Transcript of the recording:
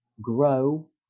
grow